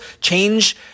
change